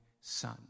Son